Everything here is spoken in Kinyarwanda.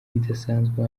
bidasanzwe